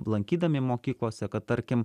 lankydami mokyklose kad tarkim